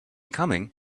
coming